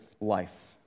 life